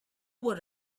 what